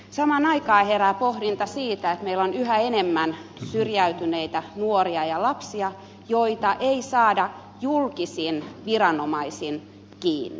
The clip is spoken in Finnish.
samaan aikaan herää pohdinta siitä että meillä on yhä enemmän syrjäytyneitä nuoria ja lapsia joita ei saada julkisin viranomaisin kiinni